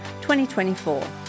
2024